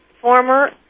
former